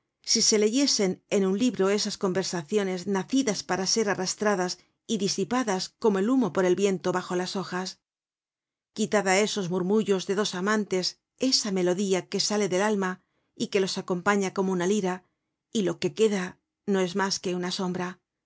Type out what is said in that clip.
si se leyesen en un libro esas conversaciones nacidas para ser arrastradas y disipadas como el humo por el viento bajo las hojas quitad á esos murmullos de dos amantes esa melodía que sale del alma y que los acompaña como una lira y lo que queda no es mas que una sombra y